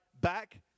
back